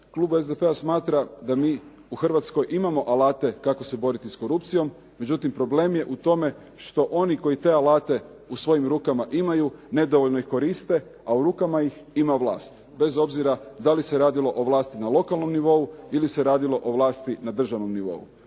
klub SDP-a smatra da mi u Hrvatskoj imamo alate kako se boriti sa korupcijom. Međutim, problem je u tome što oni koji te alate u svojim rukama imaju nedovoljno ih koriste, a u rukama ih ima vlast bez obzira da li se radilo o vlasti na lokalnom nivou ili se radilo o vlasti na državnom nivou.